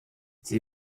sie